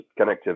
connectivity